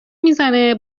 میزنه